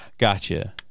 Gotcha